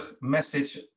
message